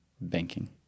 banking